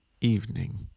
Evening